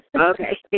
Okay